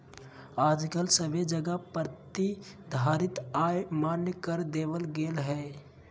आजकल सभे जगह प्रतिधारित आय मान्य कर देवल गेलय हें